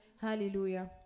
Hallelujah